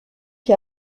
qui